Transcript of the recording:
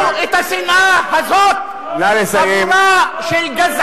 אתם לא מביישים כל ערך